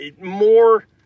more